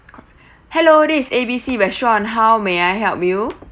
hello this is A B C restaurant how may I help you